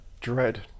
Dread